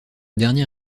dernier